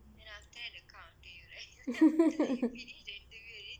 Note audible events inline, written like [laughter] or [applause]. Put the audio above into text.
[laughs]